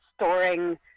storing